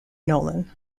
nolan